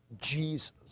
Jesus